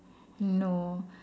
no